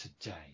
today